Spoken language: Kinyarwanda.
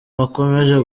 bakomeje